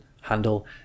handle